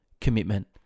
Commitment